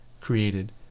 created